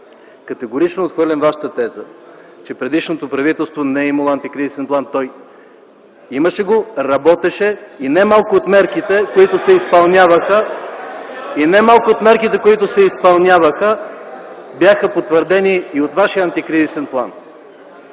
Категорично отхвърлям Вашата теза, че предишното правителство не е имало антикризисен план. Имаше го, работеше и немалко от мерките (шум и реплики от ГЕРБ), които се изпълняваха бяха потвърдени и от вашия антикризисен план.